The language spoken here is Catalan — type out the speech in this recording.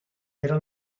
era